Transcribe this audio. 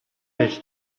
байж